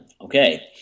Okay